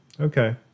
okay